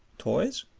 toys?